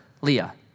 Leah